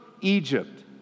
Egypt